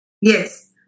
Yes